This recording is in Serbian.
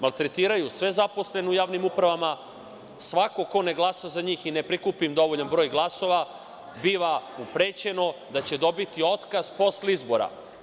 Maltretiraju sve zaposlene u javnim upravama, svako ko ne glasa za njih i ne prikupi im dovoljan broj glasova, biva mu prećeno da će dobiti otkaz posle izbora.